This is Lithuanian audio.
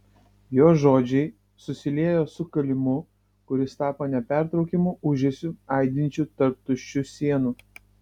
jo žodžiai susiliejo su kalimu kuris tapo nepertraukiamu ūžesiu aidinčiu tarp tuščių sienų